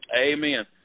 Amen